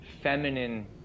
feminine